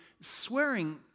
swearing